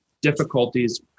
difficulties